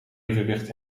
evenwicht